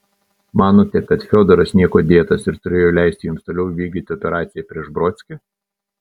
manote kad fiodoras niekuo dėtas ir turėjau leisti jums toliau vykdyti operaciją prieš brodskį